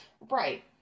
Right